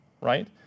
Right